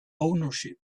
ownership